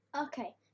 okay